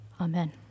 Amen